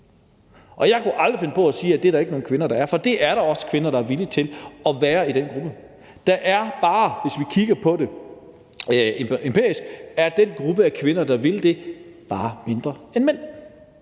Jeg kunne aldrig finde på at sige, at det er der ikke nogen kvinder der er, for der er også kvinder, der er villige til at være i den gruppe. Hvis vi kigger på det empirisk, er den gruppe af kvinder, der vil det, bare mindre end